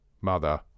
Mother